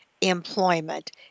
Employment